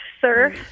sir